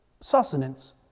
sustenance